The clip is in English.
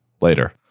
later